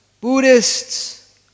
Buddhists